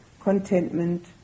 contentment